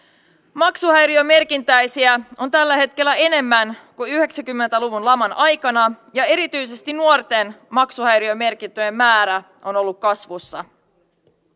maksuhäiriömerkintäisiä on tällä hetkellä enemmän kuin yhdeksänkymmentä luvun laman aikana ja erityisesti nuorten maksuhäiriömerkintöjen määrä on ollut kasvussa